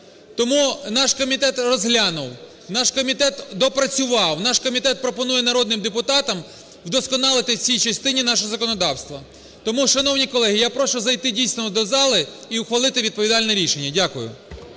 Тому наш комітет розглянув, наш комітет доопрацював, наш комітет пропонує народним депутатам вдосконалити в цій частині наше законодавство. Тому, шановні колеги, я прошу зайти, дійсно, до зали і ухвалити відповідальне рішення. Дякую.